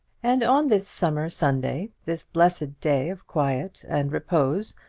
and on this summer sunday, this blessed day of quiet and repose,